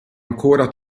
ancora